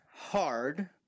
hard